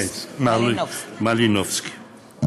מלינובסקי.